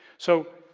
so,